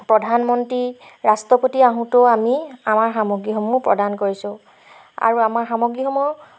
প্ৰধানমন্ত্ৰী ৰাষ্ট্ৰপতি আহোঁতেও আমি আমাৰ সামগ্ৰীসমূহ প্ৰদান কৰিছোঁ আৰু আমাৰ সামগ্ৰীসমূহ